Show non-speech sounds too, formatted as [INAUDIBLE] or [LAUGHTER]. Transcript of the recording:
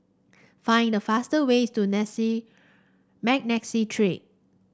find the fast way to [UNINTELLIGIBLE] Street